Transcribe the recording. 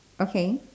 okay